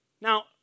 now